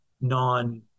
non